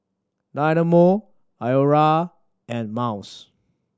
Dynamo Iora and Miles